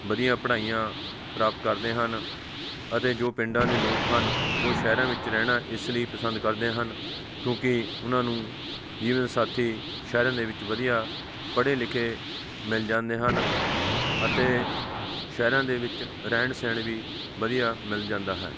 ਵਧੀਆ ਪੜ੍ਹਾਈਆਂ ਪ੍ਰਾਪਤ ਕਰਦੇ ਹਨ ਅਤੇ ਜੋ ਪਿੰਡਾਂ ਦੇ ਲੋਕ ਹਨ ਉਹ ਸ਼ਹਿਰਾਂ ਵਿੱਚ ਰਹਿਣਾ ਇਸ ਲਈ ਪਸੰਦ ਕਰਦੇ ਹਨ ਕਿਉਂਕਿ ਉਹਨਾਂ ਨੂੰ ਜੀਵਨ ਸਾਥੀ ਸ਼ਹਿਰਾਂ ਦੇ ਵਿੱਚ ਵਧੀਆ ਪੜ੍ਹੇ ਲਿਖੇ ਮਿਲ ਜਾਂਦੇ ਹਨ ਅਤੇ ਸ਼ਹਿਰਾਂ ਦੇ ਵਿੱਚ ਰਹਿਣ ਸਹਿਣ ਵੀ ਵਧੀਆ ਮਿਲ ਜਾਂਦਾ ਹੈ